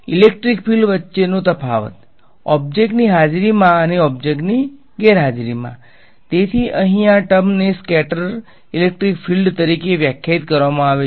તેથી electric field વચ્ચેનો તફાવત ઓબ્જેક્ટની હાજરીમાં અને ઓબ્જેક્ટની ગેરહાજરીમાં તેથી અહીં આ ટર્મને સ્કેટર ઇલેક્ટ્રિક ફિલ્ડ તરીકે વ્યાખ્યાયિત કરવામાં આવે છે